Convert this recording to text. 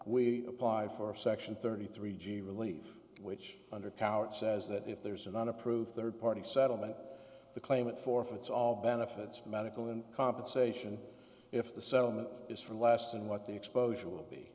we applied for section thirty three g relief which under powered says that if there's an unapproved third party settlement the claimant forfeits all benefits medical and compensation if the settlement is for less than what the exposure will be